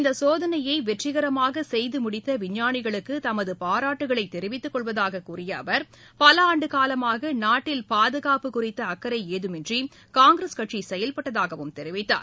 இந்த சோதனையை வெற்றிகரமாக செய்து முடித்த விஞ்ஞானிகளுக்கு தமது பாராட்டுக்களை தெரிவித்துக்கொள்வதாக கூறிய அவர் பல ஆண்டுகாலமாக நாட்டில் பாதுகாப்பு குறித்த அக்கறை ஏதுமின்றி காங்கிரஸ் கட்சி செயல்பட்டதாகவும் தெரிவித்தார்